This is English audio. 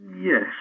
Yes